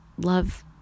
love